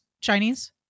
Chinese